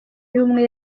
y’ubumwe